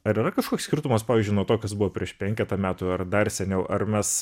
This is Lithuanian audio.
ar yra kažkoks skirtumas pavyzdžiui nuo to kas buvo prieš penketą metų ar dar seniau ar mes